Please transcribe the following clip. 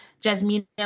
Jasmine